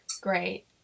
Great